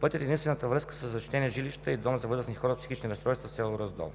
пътят е и единствената връзка със Защитени жилища и Дом за възрастни хора с психични разстройства в село Раздол.